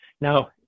Now